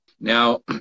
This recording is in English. now